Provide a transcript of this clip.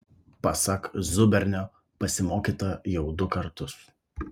pasak zubernio pasimokyta jau du kartus